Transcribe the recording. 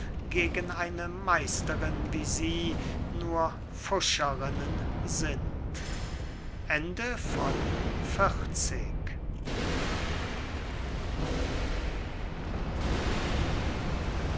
gegen eine meisterin wie sie nur pfuscherinnen sind